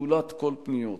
נטולת כל פניות.